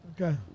Okay